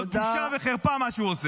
זו בושה וחרפה מה שהוא עושה.